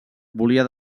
volia